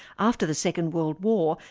after the second world war,